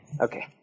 Okay